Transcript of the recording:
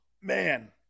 man